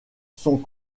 sont